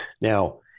now